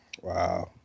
Wow